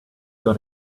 got